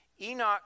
Enoch